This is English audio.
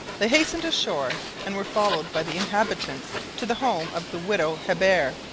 they hastened ashore and were followed by the inhabitants to the home of the widow hebert,